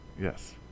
Yes